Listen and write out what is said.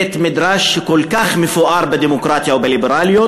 מבית-מדרש כל כך מפואר בדמוקרטיה או בליברליות.